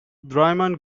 draiman